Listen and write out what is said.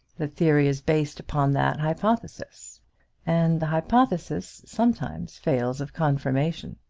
the theory is based upon that hypothesis and the hypothesis sometimes fails of confirmation.